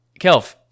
kelv